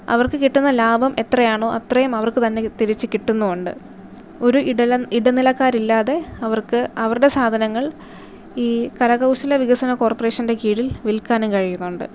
അവർക്ക് കിട്ടുന്ന ലാഭം എത്രയാണോ അത്രയും അവർക്ക് തന്നെ തിരിച്ച് കിട്ടുന്നുണ്ട് ഒരു ഇടനിലക്കാരില്ലാതെ അവർക്ക് അവരുടെ സാധനങ്ങൾ ഈ കരകൗശല വികസന കോർപ്പറേഷൻ്റെ കീഴിൽ വിൽക്കാനും കഴിയുന്നുണ്ട്